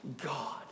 God